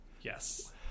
yes